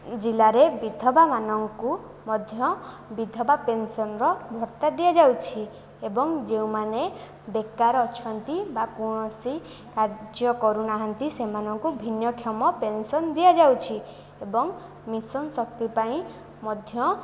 ଜିଲ୍ଲାରେ ବିଧବାମାନଙ୍କୁ ମଧ୍ୟ ବିଧବା ପେନ୍ସନ୍ର ଭତ୍ତା ଦିଆଯାଉଛି ଏବଂ ଯେଉଁମାନେ ବେକାର ଅଛନ୍ତି ବା କୌଣସି କାର୍ଯ୍ୟ କରୁନାହାନ୍ତି ସେମାନଙ୍କୁ ଭିନ୍ନକ୍ଷମ ପେନ୍ସନ୍ ଦିଆଯାଉଛି ଏବଂ ମିଶନ ଶକ୍ତି ପାଇଁ ମଧ୍ୟ